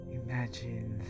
imagine